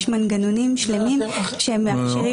יש מנגנונים שלמים שמאפשרים לפעול